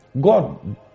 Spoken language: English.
God